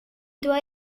doit